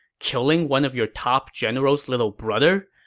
killing one of your top general's little brother?